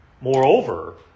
Moreover